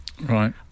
Right